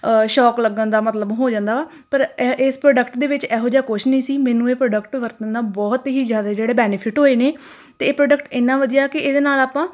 ਸ਼ੌਕ ਲੱਗਣ ਦਾ ਮਤਲਬ ਹੋ ਜਾਂਦਾ ਵਾ ਪਰ ਇਹ ਇਸ ਪ੍ਰੋਡਕਟ ਦੇ ਵਿੱਚ ਇਹੋ ਜਿਹਾ ਕੁਛ ਨਹੀਂ ਸੀ ਮੈਨੂੰ ਇਹ ਪ੍ਰੋਡਕਟ ਵਰਤਣ ਨਾਲ ਬਹੁਤ ਹੀ ਜ਼ਿਆਦਾ ਜਿਹੜੇ ਬੈਨੀਫਿਟ ਹੋਏ ਨੇ ਅਤੇ ਇਹ ਪ੍ਰੋਡਕਟ ਇੰਨਾ ਵਧੀਆ ਕਿ ਇਹਦੇ ਨਾਲ ਆਪਾਂ